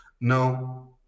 Now